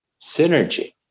synergy